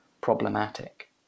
problematic